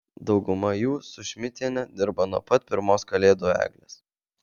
dauguma jų su šmidtiene dirba nuo pat pirmos kalėdų eglės